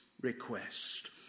request